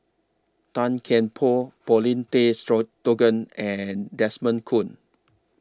Tan Kian Por Paulin Tay and Desmond Kon